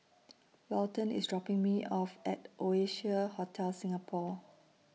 Walton IS dropping Me off At Oasia Hotel Singapore